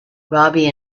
robbie